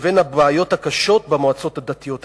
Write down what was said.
לבין הבעיות הקשות במועצות הדתיות עצמן.